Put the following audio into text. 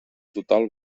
total